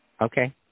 Okay